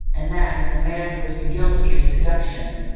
and that, in a man who has been guilty of seduction,